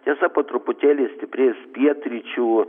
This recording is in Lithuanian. tiesa po truputėlį stiprės pietryčių